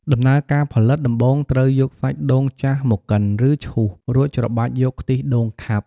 ដំណើរការផលិត ដំបូងត្រូវយកសាច់ដូងចាស់មកកិន ឬឈូស រួចច្របាច់យកខ្ទិះដូងខាប់។